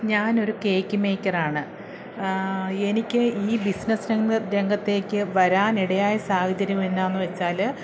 ഞാനൊരു കേക്ക് മേക്കറാണ് എനിക്ക് ഈ ബിസിനസ്സ് രംഗത്തേക്ക് വരാൻ ഇടയായ സാഹചര്യം എന്താന്ന് വെച്ചാൽ